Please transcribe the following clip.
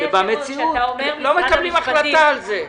ובמציאות לא מקבלים החלטה על זה.